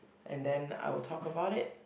and then I will talk about it